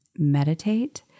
meditate